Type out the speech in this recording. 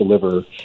deliver